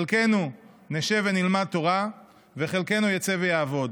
חלקנו נשב ונלמד תורה וחלקנו יצא ויעבוד.